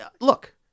look